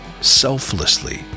selflessly